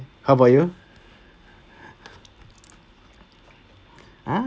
how about you ah